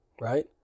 right